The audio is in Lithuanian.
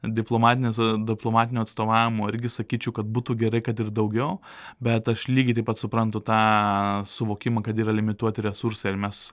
diplomatinės diplomatinio atstovavimo irgi sakyčiau kad būtų gerai kad ir daugiau bet aš lygiai taip pat suprantu tą suvokimą kad yra limituoti resursai ir mes